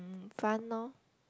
fun lor